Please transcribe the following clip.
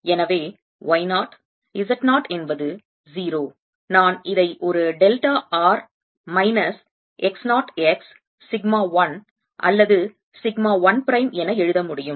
எனவே y 0 z 0 என்பது 0 நான் இதை ஒரு delta r minus x 0 x sigma 1 அல்லது சிக்மா 1 பிரைம் என எழுத முடியும்